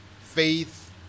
faith